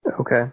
Okay